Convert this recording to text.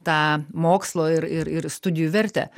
tą mokslo ir ir ir studijų vertę